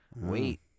wait